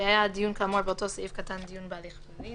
והיה הדיון כאמור באותו סעיף קטן דיון בהליך פלילי,